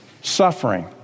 suffering